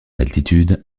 altitude